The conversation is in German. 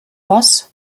was